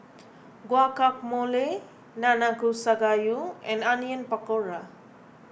Guacamole Nanakusa Gayu and Onion Pakora